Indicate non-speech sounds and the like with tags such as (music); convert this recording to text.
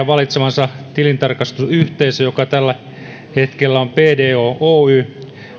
(unintelligible) valitsemansa tilintarkastusyhteisö joka tällä hetkellä on bdo oy